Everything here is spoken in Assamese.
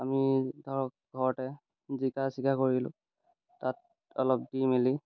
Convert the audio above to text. আমি ধৰক ঘৰতে জিকা চিকা কৰিলোঁ তাত অলপ দি মেলি